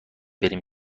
بریم